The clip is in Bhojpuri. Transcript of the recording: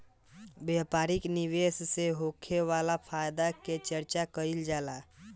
व्यापारिक निवेश से होखे वाला फायदा के चर्चा कईल जाला